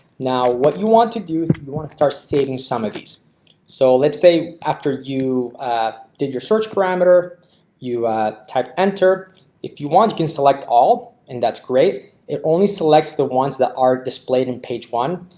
now what you want to do you want to start saving some of these so let's say after you did your search parameter you type enter if you want you can select all and that's great. it only selects the ones that are displayed in page one.